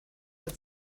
with